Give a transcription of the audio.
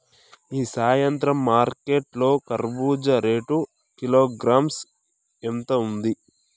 ఈ సాయంత్రం మార్కెట్ లో కర్బూజ రేటు కిలోగ్రామ్స్ ఎంత ఉంది?